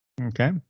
Okay